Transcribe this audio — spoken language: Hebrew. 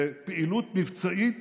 בפעילות מבצעית